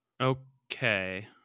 okay